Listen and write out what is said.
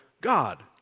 God